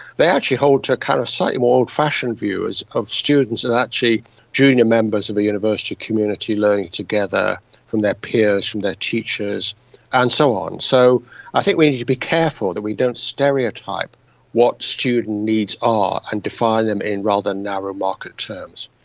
they actually hold to a kind of slightly more old-fashioned view of students as actually junior members of a university community learning together from their peers, from their teachers and so on. so i think we need to be careful that we don't stereotype what student needs are and define them in rather narrow market terms.